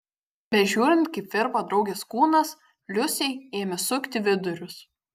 bežiūrint kaip virpa draugės kūnas liusei ėmė sukti vidurius